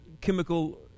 chemical